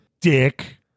Dick